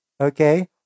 okay